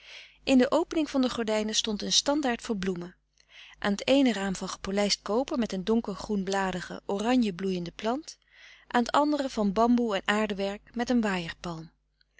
in de opening van de gordijnen stond een standaard voor bloemen aan t eene raam van gepolijst koper met een donkergroen bladige oranje bloeiende plant aan t andere van bamboe en aardewerk met een waaier palm